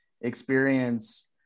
experience